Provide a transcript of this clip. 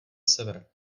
sever